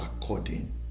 according